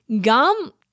gum